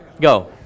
Go